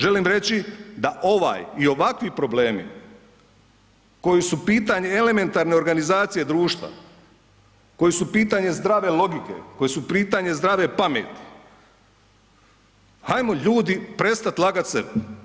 Želim reći da ovaj i ovakvi problemi koji su pitanje elementarne organizacije društva, koji su pitanje zdrave logike, koji su pitanje zdrave pameti, hajmo ljudi prestat lagat sebi.